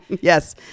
Yes